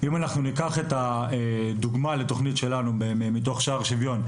אם ניקח דוגמה לתכנית שלנו מתוך "שער שוויון"